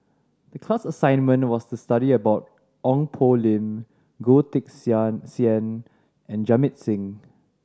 the class assignment was to study about Ong Poh Lim Goh Teck Sian and Jamit Singh